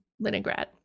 Leningrad